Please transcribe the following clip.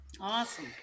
Awesome